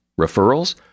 Referrals